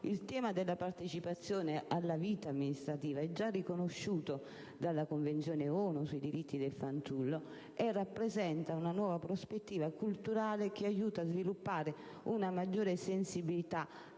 Il tema della partecipazione alla vita amministrativa è già riconosciuto dalla Convenzione ONU sui diritti del fanciullo e rappresenta una nuova prospettiva culturale che aiuta a sviluppare una maggiore sensibilità